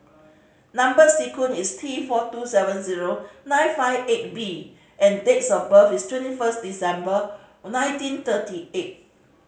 number sequence is T four two seven zero nine five eight B and dates of birth is twenty first December nineteen thirty eight